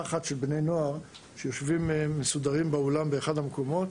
אחת של בני נוער שיושבים מסודרים באולם באחד המקומות.